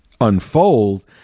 unfold